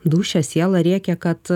dūšia siela rėkia kad